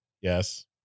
yes